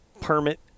permit